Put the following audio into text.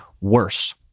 worse